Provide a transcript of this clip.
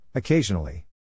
Occasionally